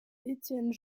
étienne